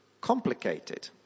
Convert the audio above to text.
complicated